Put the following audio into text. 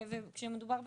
שמדובר ברופא.